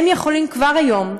הם יכולים כבר היום,